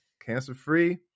Cancer-free